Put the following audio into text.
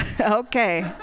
Okay